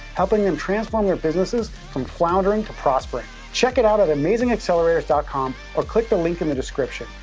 helping them transform their businesses from floundering to prospering. check it out at amazingaccelerators dot com or click the link in the description.